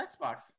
xbox